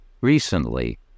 recently